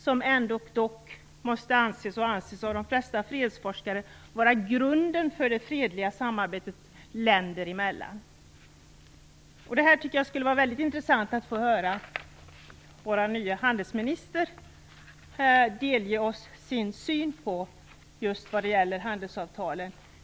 Det måste ändå anses - och det anser de flesta fredsforskare - vara grunden till det fredliga samarbetet länder emellan. Det skulle vara mycket intressant att här höra vår nye handelsminister delge oss sin syn på just handelsavtalen.